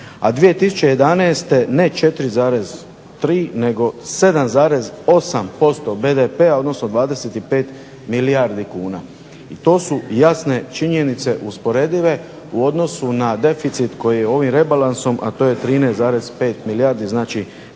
a 2011. ne 4,3 nego 7,8% BDP-a odnosno 25 milijardi kuna. I to su jasne činjenice usporedive u odnosu na deficit koji je ovim rebalansom a to je 13,5 milijardi, znači